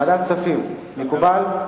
ועדת כספים, מקובל?